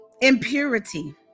impurity